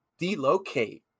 delocate